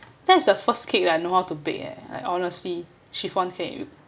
that's the first cake that I know to bake eh like honestly chiffon cake